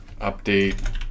update